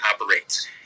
operates